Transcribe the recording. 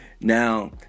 now